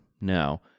now